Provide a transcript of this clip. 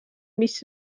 mis